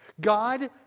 God